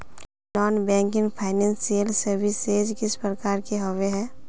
Non banking financial services किस प्रकार के होबे है?